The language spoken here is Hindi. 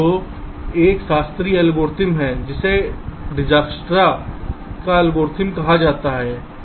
तो एक शास्त्रीय एल्गोरिथ्म है जिसे डिजकस्त्रा'स का एल्गोरिदम Dijkstra's algorithm कहा जाता है